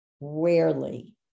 rarely